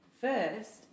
first